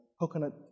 coconut